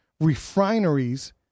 refineries